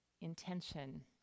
intention